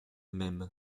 même